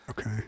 Okay